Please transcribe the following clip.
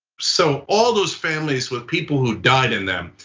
so all those families with people who've died in them,